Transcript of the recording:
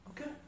Okay